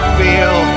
feel